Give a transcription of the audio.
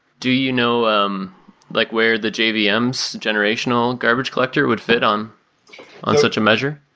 do you know um like where the jvms generational garbage collector would fit on on such a measure?